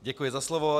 Děkuji za slovo.